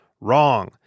Wrong